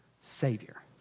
Savior